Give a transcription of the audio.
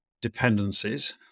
dependencies